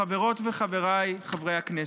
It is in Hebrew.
חברותיי וחבריי חברי הכנסת,